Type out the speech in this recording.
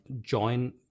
join